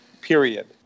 period